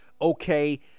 okay